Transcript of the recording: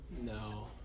No